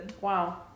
Wow